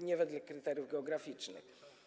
nie wedle kryteriów geograficznych.